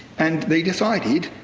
and they decided,